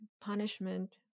punishment